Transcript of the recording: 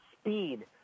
speed